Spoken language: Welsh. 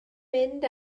mynd